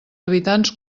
habitants